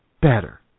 better